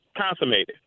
consummated